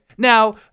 Now